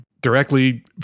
directly